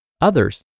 others